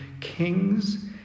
kings